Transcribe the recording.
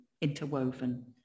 interwoven